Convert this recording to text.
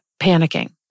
panicking